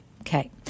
Okay